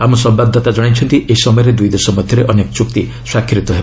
ଆମ ସମ୍ଭାଦଦାତା ଜଣାଇଛନ୍ତି ଏହି ସମୟରେ ଦୁଇଦେଶ ମଧ୍ୟରେ ଅନେକ ଚୁକ୍ତ ସ୍ୱାକ୍ଷରିତ ହେବ